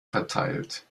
verteilt